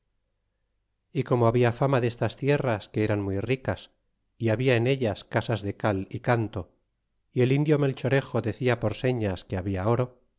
y como habla fama destas tierras que eran muy ricas y habla en ellas casas de cal y canto y el indio melchorejo decia por serias que habla oro